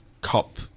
cop